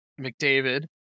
McDavid